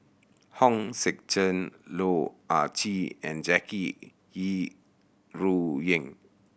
Hong Sek Chern Loh Ah Chee and Jackie Yi Ru Ying